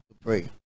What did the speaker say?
pray